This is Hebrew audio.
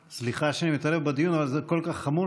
סליחה שאני מתערב בדיון, אבל זה כל כך חמור.